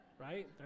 right